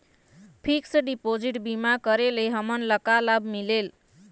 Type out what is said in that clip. Fix deposit बीमा करे ले हमनला का लाभ मिलेल?